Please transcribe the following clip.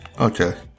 Okay